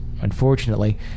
Unfortunately